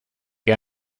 que